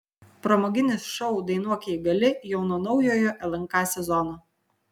pramoginis šou dainuok jei gali jau nuo naujojo lnk sezono